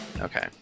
Okay